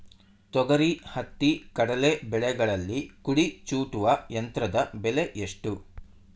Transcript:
ತೊಗರಿ, ಹತ್ತಿ, ಕಡಲೆ ಬೆಳೆಗಳಲ್ಲಿ ಕುಡಿ ಚೂಟುವ ಯಂತ್ರದ ಬೆಲೆ ಎಷ್ಟು?